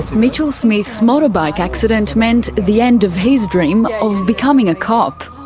mitchell smith's motorbike accident meant the end of his dream of becoming a cop.